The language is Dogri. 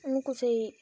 हून कुसै ई